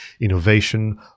innovation